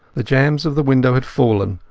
the jambs of the window had fallen,